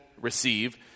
receive